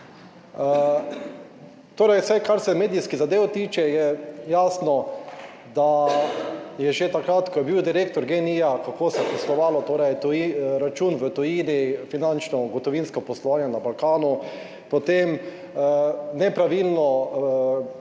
Torej, vsaj kar se medijskih zadev tiče je jasno, da je že takrat, ko je bil direktor Gen-I, kako se je poslovalo, torej račun v tujini finančno gotovinsko poslovanje na Balkanu, potem nepravilno